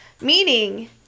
Meaning